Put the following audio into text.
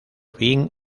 fin